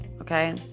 okay